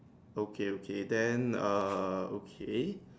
okay okay then err okay